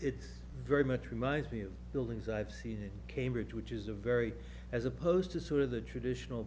it's very much reminds me of buildings i've seen in cambridge which is a very as opposed to sort of the traditional